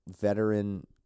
veteran